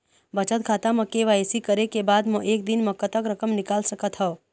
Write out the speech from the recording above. बचत खाता म के.वाई.सी करे के बाद म एक दिन म कतेक रकम निकाल सकत हव?